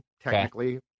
technically